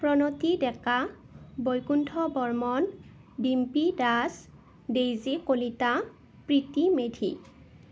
Pranati Deka Baikuntha Barman Dimpi Das Daisy Kalita Priti Medhi